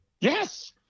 Yes